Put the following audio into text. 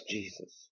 Jesus